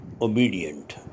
obedient